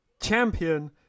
champion